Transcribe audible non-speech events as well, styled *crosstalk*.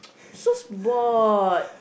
*noise* so bored